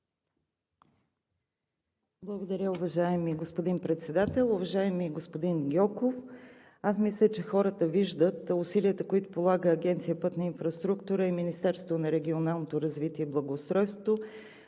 Благодаря, уважаеми господин Председател. Уважаеми господин Гьоков, аз мисля, че хората виждат усилията, които полага Агенция „Пътна инфраструктура“ и Министерството на регионалното развитие и благоустройството.